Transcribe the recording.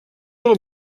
del